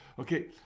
Okay